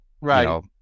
right